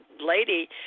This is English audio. lady